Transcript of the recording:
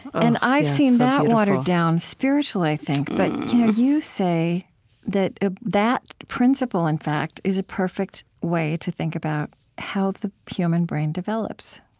and i've seen that watered down spiritually think, but you say that ah that principle, in fact, is a perfect way to think about how the human brain develops